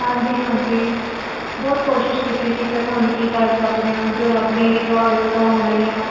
ਹਾਂਜੀ ਹਾਂਜੀ ਬਹੁਤ ਕੋਸ਼ਿਸ਼ ਕੀਤੀ ਸੀ ਪਰ ਹੁਣ ਕੀ ਕਰ ਸਕਦੇ ਹਾਂ ਜੋ ਰੱਬ ਨੇ ਲਿਖਿਆ ਹੋਵੇ ਉਹ ਤਾਂ ਹੋਣਾ ਹੀ ਆ